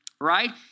right